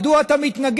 מדוע אתה מתנגד?